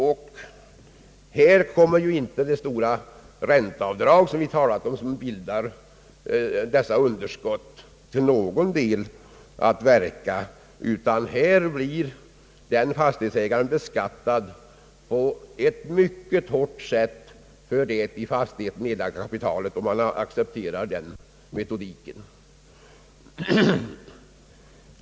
I dessa fall kommer inte det stora ränteavdrag som medför underskott att till någon del verka, utan där blir fastighetsägaren beskattad på ett mycket hårt sätt för det i fastigheten nedlagda kapitalet, om vi accepterar den föreslagna metodiken.